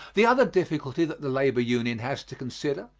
the other difficulty that the labor union has to consider,